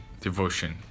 devotion